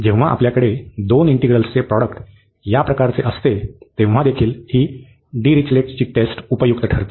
जेव्हा आपल्याकडे दोन इंटिग्रील्सचे प्रॉडक्ट या प्रकाराचे असते तेव्हा देखील ही डिरीचलेटची टेस्ट उपयुक्त ठरते